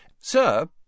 Sir